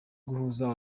guhuza